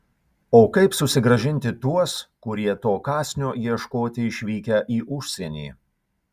o kaip susigrąžinti tuos kurie to kąsnio ieškoti išvykę į užsienį